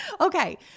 Okay